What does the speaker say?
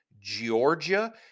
Georgia